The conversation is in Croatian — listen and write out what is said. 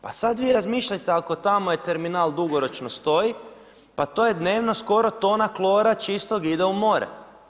Pa sada vi razmišljajte ako je tamo terminal dugoročno stoji, pa to je dnevno skoro tona klora čistog ide u more.